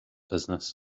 business